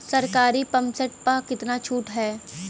सरकारी pump set प कितना छूट हैं?